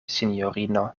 sinjorino